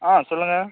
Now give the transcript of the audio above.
ஆ சொல்லுங்கள்